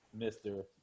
Mr